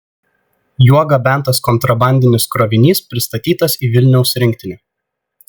juo gabentas kontrabandinis krovinys pristatytas į vilniaus rinktinę